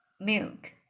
Milk